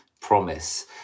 promise